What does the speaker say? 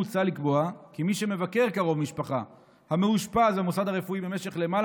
מוצע לקבוע כי מי שמבקר קרוב משפחה המאושפז במוסד הרפואי במשך למעלה